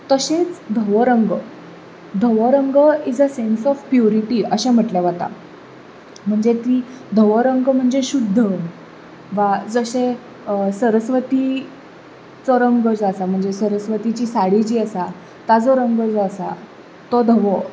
तशेंच धवो रंग धवो रंग is a sense of purity अशें म्हणटलें वता म्हणजें की धवो रंग म्हणजें शुद्ध वा जशें सरस्वतीचो रंग जो आसा वा सरस्वतीची साडी जी आसा ताचो रंग जो आसा तो धवो